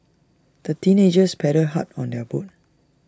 the teenagers paddled hard on their boat